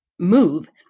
Move